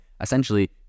essentially